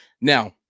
now